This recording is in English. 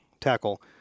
tackle